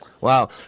Wow